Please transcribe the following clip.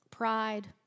Pride